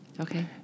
Okay